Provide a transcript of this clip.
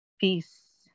peace